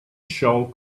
show